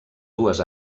dues